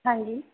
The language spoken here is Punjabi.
ਹਾਂਜੀ